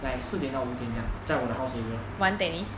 like 四点到五点这样在我的 my house area